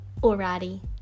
Alrighty